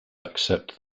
accept